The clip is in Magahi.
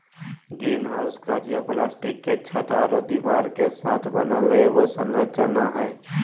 ग्रीनहाउस काँच या प्लास्टिक के छत आरो दीवार के साथ बनल एगो संरचना हइ